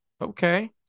Okay